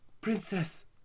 Princess